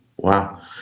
Wow